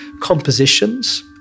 compositions